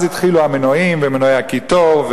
אז התחילו המנועים ומנועי הקיטור,